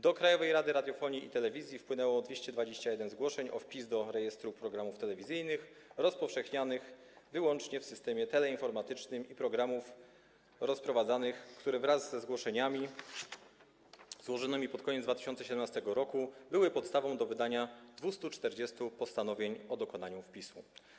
Do Krajowej Rady Radiofonii i Telewizji wpłynęło 221 zgłoszeń o wpis do rejestru programów telewizyjnych rozpowszechnianych wyłącznie w systemie teleinformatycznym i programów rozprowadzanych, które wraz ze zgłoszeniami złożonymi pod koniec 2017 r. były podstawą do wydania 240 postanowień o dokonaniu wpisu.